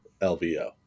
LVO